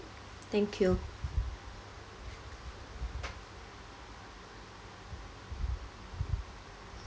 thank you